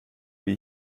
wie